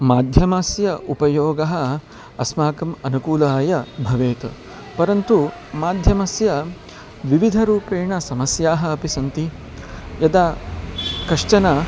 माध्यमस्य उपयोगः अस्माकम् अनुकूलाय भवेत् परन्तु माध्यमस्य विविधरूपेण समस्याः अपि सन्ति यदा कश्चन